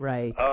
Right